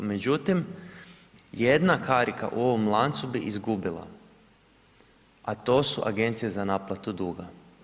Međutim jedna karika u ovom lancu bi izgubila a to su agencije za naplatu duga.